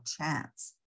chance